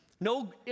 No